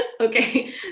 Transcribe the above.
Okay